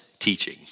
Teaching